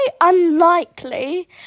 unlikely